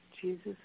Jesus